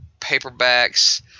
paperbacks